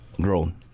grown